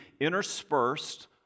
interspersed